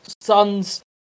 son's